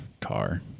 car